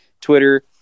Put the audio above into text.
Twitter